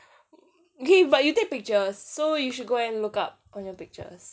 okay but you take pictures so you should go and look up on your pictures